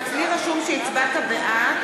אצלי רשום שהצבעת בעד.